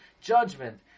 judgment